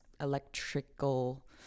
electrical